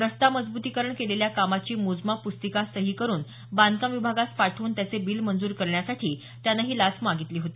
रस्ता मजब्रतीकरण केलेल्या कामाची मोजमाप पुस्तिका सही करून बांधकाम विभागास पाठवून त्याचे बील मंजूर करण्यासाठी त्यानं ही लाच मागितली होती